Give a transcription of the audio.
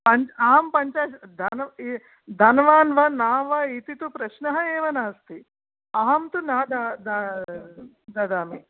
पञ्च अहम् पञ्चाशत् धनं धनवान् वा न वा इति तु प्रश्नः एव नास्ति अहं तु न ददामि